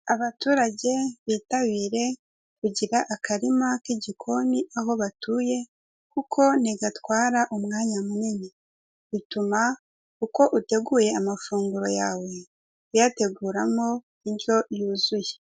Abaturage bitabire kugira akarima k'igikoni aho batuye, kuko ntigatwara umwanya munini. Bituma uko uteguye amafunguro yawe uyateguramo indyo yuzuye.